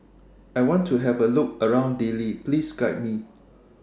I want to Have A Look around Dili Please Guide Me